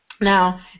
Now